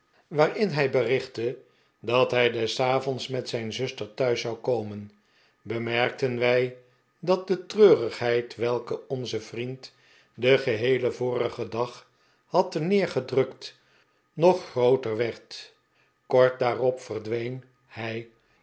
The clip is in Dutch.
waarin hij berichtte dat hij des avonds met zijn zuster thuis zou komen bemerkten wij dat de treurigheid welke onze vriend den geheelen vorigen dag had terneergedrukt nog grooter werdl kort daarop verdween hij